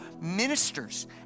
ministers